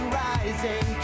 rising